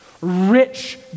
Rich